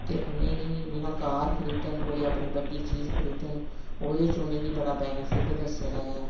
ते उ'नें गी जि'यां कार कोई अपनी बड्डी चीज खरीदन ओह्दे च उ'नें गी हेगी बड़ा बैनीफिट्ट दस्से दा ऐ